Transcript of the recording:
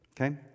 okay